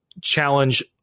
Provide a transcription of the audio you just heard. challenge